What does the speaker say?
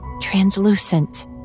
translucent